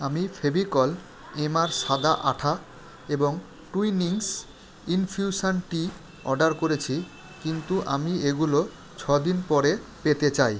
আমি ফেভিকল এমআর সাদা আঠা এবং টুইনিংস ইনফিউসান টি অর্ডার করেছি কিন্তু আমি এগুলো ছ দিন পরে পেতে চাই